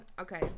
Okay